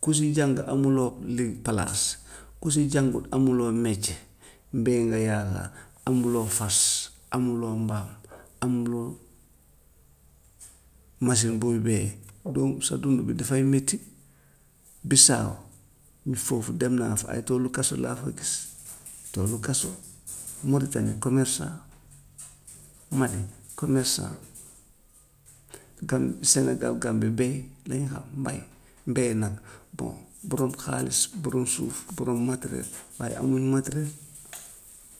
ku si jàng amuloo li- palaas, ku si jàngut amuloo métier mbéy nga yaakaar, amuloo fas, amuloo mbaam, amuloo machine booy béyee, donc sa dund bi dafay metti. Bissau mit foofu dem naa fa ay toolu kasu laa fa gis toolu kasu. Mauritanie commerçant. Mali commerçant la. Gam- sénégal gambie béy lañ xam, mbay, mbéy nag. Bon borom xaalis, borom suuf, borom matériel waaye amuñu matériel.